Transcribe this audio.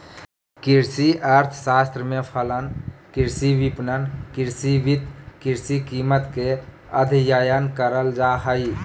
कृषि अर्थशास्त्र में फलन, कृषि विपणन, कृषि वित्त, कृषि कीमत के अधययन करल जा हइ